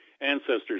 ancestors